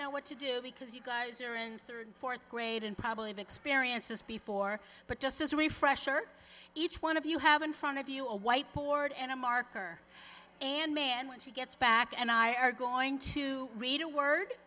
know what to do because you guys are in third fourth grade and probably have experienced this before but just as a refresher each one of you have in front of you a white board and a marker and man when she gets back and i are going to read a word